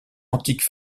antique